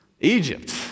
Egypt